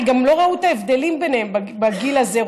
הרי גם לא ראו את ההבדלים ביניהם בגיל הזה,